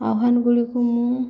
ଆହ୍ୱାନ ଗୁଡ଼ିକୁ ମୁଁ